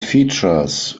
features